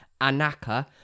Anaka